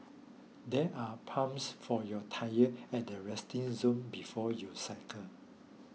there are pumps for your tyre at the resting zone before you cycle